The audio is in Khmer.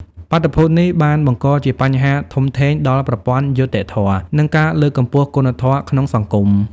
បាតុភូតនេះបានបង្កជាបញ្ហាធំធេងដល់ប្រព័ន្ធយុត្តិធម៌ និងការលើកកម្ពស់គុណធម៌ក្នុងសង្គម។